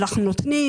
אנחנו נותנים,